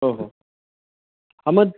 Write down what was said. हो हो हां मग